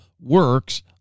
works